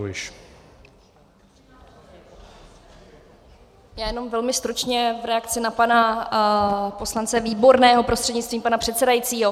Já jenom velmi stručně v reakci na pana poslance Výborného prostřednictvím pana předsedajícího.